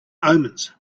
omens